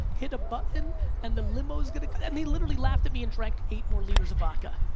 hit a button and the limo's gonna. and they literally laughed at me and like eight more liters of vodka.